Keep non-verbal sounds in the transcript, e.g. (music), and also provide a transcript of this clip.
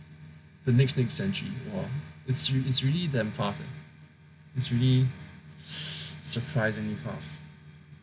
the next next century !wah! it's it's really damn fast (noise) it's really surprisingly fast